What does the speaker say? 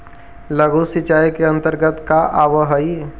लघु सिंचाई के अंतर्गत का आव हइ?